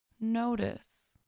notice